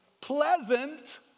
pleasant